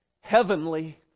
heavenly